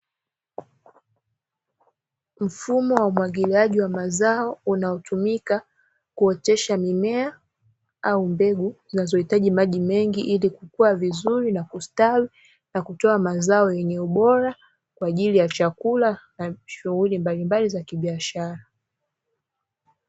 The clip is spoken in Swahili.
Mfumo wa umwagiliaji wa mazao unaotumika kuotesha mimea au mbegu, zinazohitaji maji mengi, ili kukua vizuri na kustawi na kutoa mazao, yenye ubora kwa ajili ya chakula na shughuli mbalimbali za kibiashara.